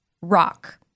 Rock